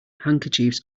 handkerchiefs